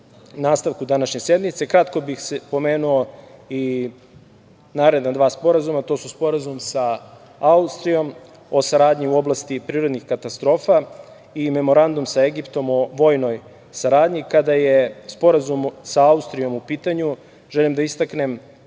nastavku današnje sednice. Kratko bih spomenuo i naredna dva sporazuma - Sporazum sa Austrijom o saradnji u oblasti prirodnih katastrofa i Memorandum sa Egiptom o vojnoj saradnji. Kada je Sporazum sa Austrijom u pitanju, želim da istaknem